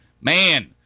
Man